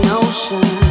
ocean